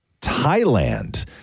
Thailand